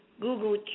Google